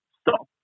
stop